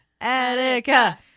Attica